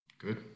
good